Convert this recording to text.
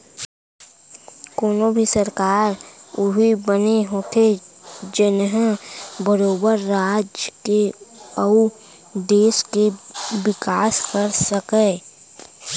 कोनो भी सरकार उही बने होथे जेनहा बरोबर राज के अउ देस के बिकास कर सकय